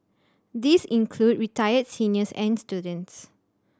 these include retired seniors and students